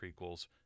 prequels